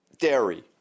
Dairy